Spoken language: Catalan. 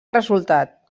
resultat